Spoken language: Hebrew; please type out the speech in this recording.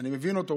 מבין אותו.